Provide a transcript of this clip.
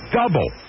double